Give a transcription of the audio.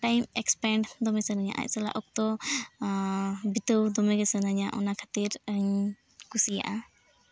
time spend ᱫᱚᱢᱮ ᱥᱟᱱᱟᱧᱟ ᱟᱡ ᱥᱟᱞᱟᱜ ᱚᱠᱛᱚ ᱵᱤᱛᱟᱹᱣ ᱫᱚᱢᱮᱜᱮ ᱥᱟᱱᱟᱧᱟ ᱚᱱᱟ ᱠᱷᱟᱹᱛᱤᱨ ᱤᱧ ᱠᱩᱥᱤᱭᱟᱜᱼᱟ